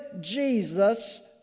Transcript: Jesus